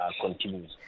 continues